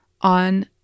on